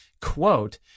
quote